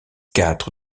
quatre